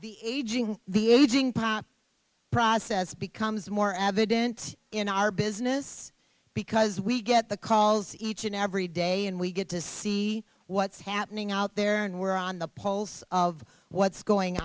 the aging the aging pop process becomes more evident in our business because we get the calls each and every day and we get to see what's happening out there and we're on the pulse of what's going